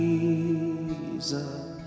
Jesus